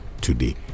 today